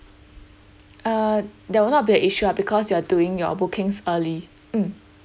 err that will not be a issue ah because you are doing your bookings early mm